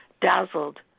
dazzled